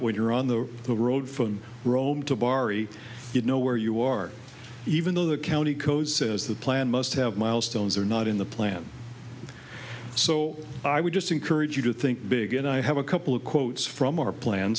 when you're on the road from rome to bari you know where you are even though the county code says the plan must have milestones are not in the plan so i would just encourage you to think big and i have a couple of quotes from our plan